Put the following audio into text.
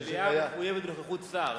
המליאה מחויבת בנוכחות שר.